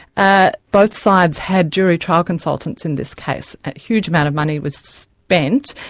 ah both sides had jury trial consultants in this case. a huge amount of money was spent.